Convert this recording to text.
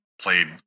played